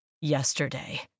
yesterday